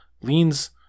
leans